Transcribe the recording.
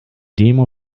demo